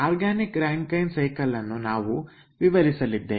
organic Rankine cycle ಅನ್ನು ನಾವು ಈಗ ವಿವರಿಸಲಿದ್ದೇವೆ